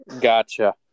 Gotcha